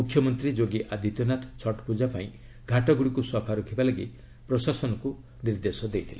ମୁଖ୍ୟମନ୍ତ୍ରୀ ଯୋଗୀ ଆଦିତ୍ୟନାଥ ଛଟ୍ ପୂଜା ପାଇଁ ଘାଟଗୁଡ଼ିକୁ ସଫା ରଖିବା ଲାଗି ପ୍ରଶାସନକୁ ନିର୍ଦ୍ଦେଶ ଦେଇଥିଲେ